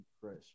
fresh